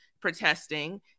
protesting